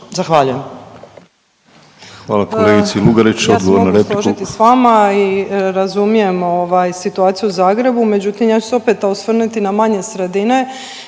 **Marković, Ivana (SDP)** Ja se mogu složiti s vama i razumijem ovaj situaciju u Zagrebu, međutim ja ću se opet osvrnuti na manje sredine